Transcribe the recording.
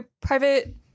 private